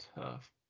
Tough